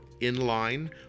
Inline